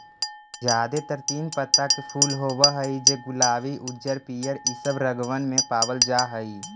जादेतर तीन पत्ता के फूल होब हई जे गुलाबी उज्जर पीअर ईसब रंगबन में पाबल जा हई